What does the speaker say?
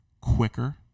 quicker